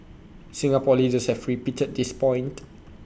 Singapore leaders have repeated this point